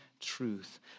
truth